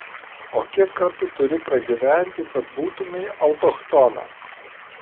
o kiek kartų turi pragyventi kad būtumei autochtonas